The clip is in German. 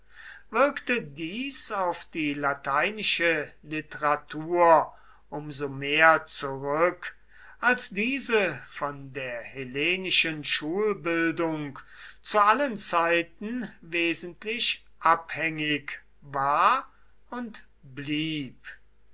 wirkte dies auf die lateinische literatur um so mehr zurück als diese von der hellenischen schulbildung zu allen zeiten wesentlich abhängig war und blieb